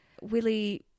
Willie